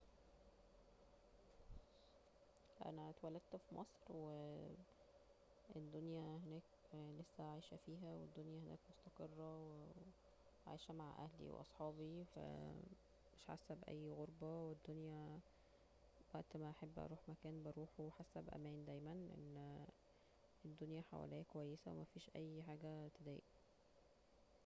أنا اتولدت في مصر و الدنيا هناك لسه عايشة فيها والدنيا هناك مستقرة عايشة مع أهلي وأصحابي ف مش حاسة ب أي غربة والدنيا وقت م احب اروح اي مكان بروحه حاسة بأمان دايما الدنيا حواليا كويسة ومفيش أي حاجة تضايقني